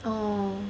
orh